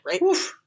right